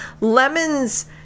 lemons